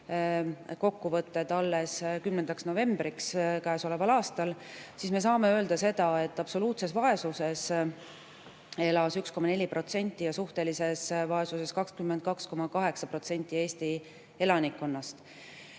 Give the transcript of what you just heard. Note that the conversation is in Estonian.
kokkuvõtte alles 10. novembriks käesoleval aastal, siis me saame öelda seda, et absoluutses vaesuses elas 1,4% ja suhtelises vaesuses 22,8% Eesti elanikkonnast.